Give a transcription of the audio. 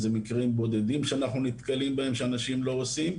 זה מקרים בודדים שאנחנו נתקלים בהם שאנשים לא עושים.